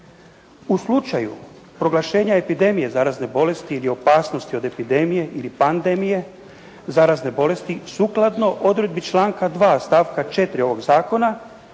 U slučaju proglašenja epidemije zarazne bolesti ili opasnosti od epidemije ili pandemije zarazne bolesti, sukladno odredbi članka 2. stavka 4. ovog zakona